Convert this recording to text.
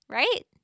right